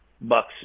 Buck's